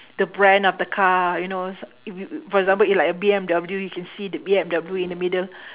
the brand of the car you know s~ y~ for example if like a B_M_W you can see the B_M_W in the middle